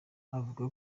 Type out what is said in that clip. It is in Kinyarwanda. avuga